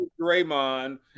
Draymond